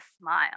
smile